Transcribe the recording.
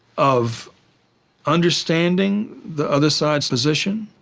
of understanding the other side's position,